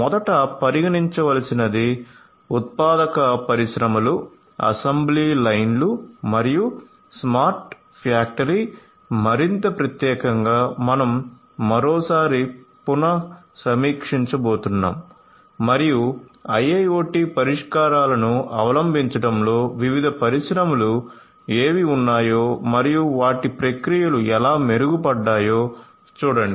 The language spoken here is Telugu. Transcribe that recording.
మొదట పరిగణించవలసినది ఉత్పాదక పరిశ్రమలు అసెంబ్లీ లైన్లు మరియు స్మార్ట్ ఫ్యాక్టరీ మరింత ప్రత్యేకంగా మనం మరోసారి పునః సమీక్షించబోతున్నాము మరియు IIoT పరిష్కారాలను అవలంబించడంలో వివిధ పరిశ్రమలు ఏవి ఉన్నాయో మరియు వాటి ప్రక్రియలు ఎలా మెరుగుపడ్డాయో చూడండి